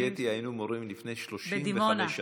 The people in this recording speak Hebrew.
אני וקטי היינו מורים לפני 35 שנה.